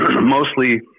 mostly